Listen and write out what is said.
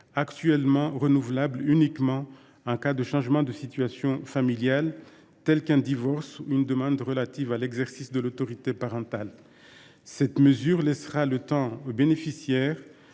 actuellement renouvelable qu’en cas de changement de situation familiale tel qu’un divorce ou une demande relative à l’exercice de l’autorité parentale. Cette mesure laissera au bénéficiaire